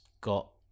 got